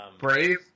Brave